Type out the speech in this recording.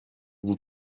vous